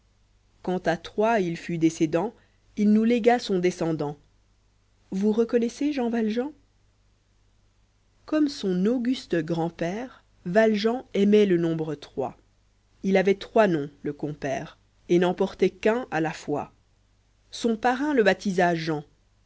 quand à troyes il fut décédant il nous légua son descendant vous reconnaissez jean valjean comme son auguste grand-père valjean aimait le nombre trois il avait trois noms le compère et n'en portait qu'un a la fois son parrain le baptisa jean